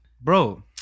Bro